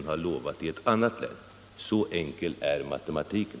Så enkel är matematiken.